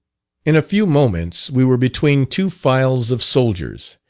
in a few moments we were between two files of soldiers,